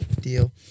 deal